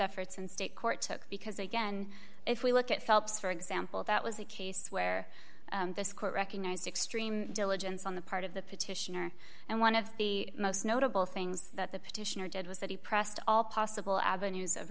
efforts in state court took because they can if we look at phelps for example that was a case where this court recognized extreme diligence on the part of the petitioner and one of the most notable things that the petitioner did was that he pressed all possible avenues of